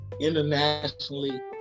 internationally